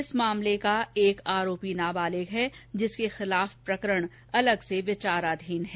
इस मामले का एक आरोपी नाबालिग है जिसके खिलाफ प्रकरण अलग से विचाराधीन है